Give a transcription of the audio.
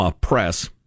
Press